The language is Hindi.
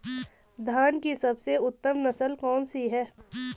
धान की सबसे उत्तम नस्ल कौन सी है?